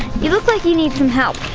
you looked like you needed some help,